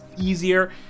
easier